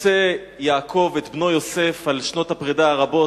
מפצה יעקב את בנו יוסף על שנות הפרידה הרבות,